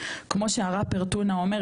כמו שהראפר טונה אומר,